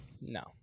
No